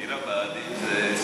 אבל עיר הבה"דים זה,